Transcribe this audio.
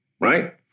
Right